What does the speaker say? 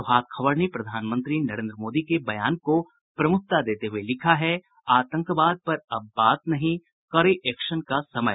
प्रभात खबर ने प्रधानमंत्री नरेंद्र मोदी के बयान को प्रमुखता देते हुये लिखा है आतंकवाद पर अब बात नहीं कड़े एक्शन का समय